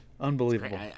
Unbelievable